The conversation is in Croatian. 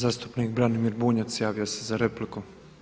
Zastupnik Branimir Bunjac javio se za repliku.